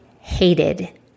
hated